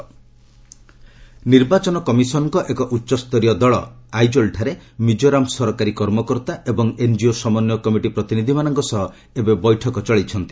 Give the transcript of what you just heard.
ECI ମିକୋରାମ୍ ଭିକିଟ୍ ନିର୍ବାଚନ କମିଶନ୍ଙ୍କ ଏକ ଉଚ୍ଚସ୍ତରୀୟ ଦଳ ଆଇଜଲ୍ଠାରେ ମିଜୋରାମ ସରକାରୀ କର୍ମକର୍ତ୍ତା ଏବଂ ଏନ୍କିଓ ସମନ୍ୱୟ କମିଟି ପ୍ରତିନିଧିମାନଙ୍କ ସହ ଏବେ ବୈଠକ ଚଳେଇଛନ୍ତି